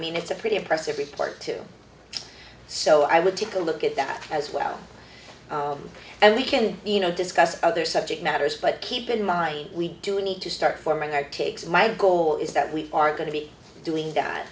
mean it's a pretty impressive report too so i would take a look at that as well and we can you know discuss other subject matters but keep in mind we do need to start forming our kicks my goal is that we are going to be doing